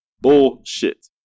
Bullshit